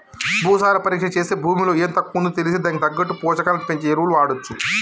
భూసార పరీక్ష చేస్తే భూమిలో ఎం తక్కువుందో తెలిస్తే దానికి తగ్గట్టు పోషకాలను పెంచే ఎరువులు వాడొచ్చు